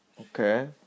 Okay